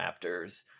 Raptors